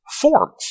forms